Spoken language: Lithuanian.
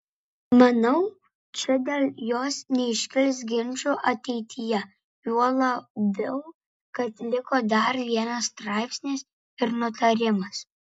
manau čia dėl jos neiškils ginčų ateityje juo labiau kad liko dar vienas straipsnis ir nutarimas